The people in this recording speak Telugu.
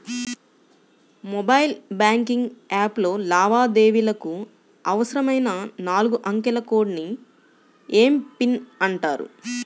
మొబైల్ బ్యాంకింగ్ యాప్లో లావాదేవీలకు అవసరమైన నాలుగు అంకెల కోడ్ ని ఎమ్.పిన్ అంటారు